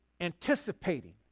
anticipating